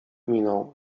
minął